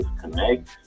connect